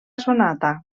sonata